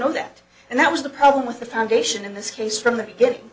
know that and that was the problem with the foundation in this case from the beginning